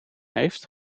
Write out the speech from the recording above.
heeft